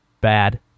bad